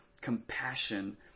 compassion